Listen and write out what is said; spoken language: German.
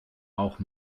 auch